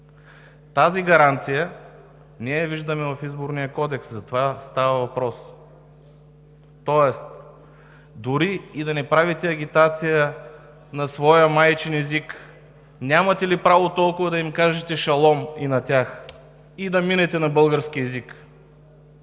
Тази гаранция я виждаме в Изборния кодекс, за това става въпрос. Тоест дори и да не правите агитация на своя майчин език, нямате ли право толкова да им кажете „шалом“ и на тях и да минете на български език?